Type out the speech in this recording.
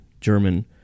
German